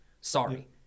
Sorry